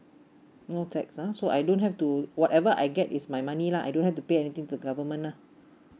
no tax ah so I don't have to whatever I get is my money lah I don't have to pay anything to government lah